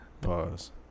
Pause